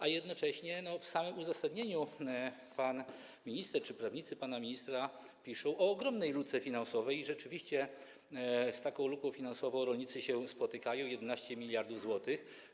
A jednocześnie w samym uzasadnieniu pan minister czy prawnicy pana ministra piszą o ogromnej luce finansowej, i rzeczywiście z taką luką finansową rolnicy się spotykają - 11 mld zł.